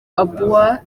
obua